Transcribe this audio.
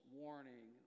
warning